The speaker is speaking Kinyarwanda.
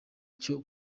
cyo